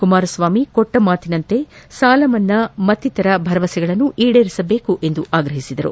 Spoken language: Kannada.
ಕುಮಾರಸ್ವಾಮಿ ಕೊಟ್ಟ ಮಾತಿನಂತೆ ಸಾಲಮನ್ನಾ ಮತ್ತಿತರ ಭರವಸೆಗಳನ್ನು ಈಡೇರಿಸಬೇಕು ಎಂದು ಆಗ್ರಹಿಸಿದರು